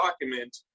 document